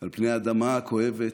"על פני אדמה כואבת,